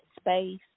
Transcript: space